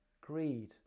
greed